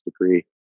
degree